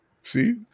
See